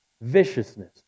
viciousness